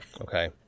Okay